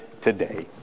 today